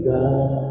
God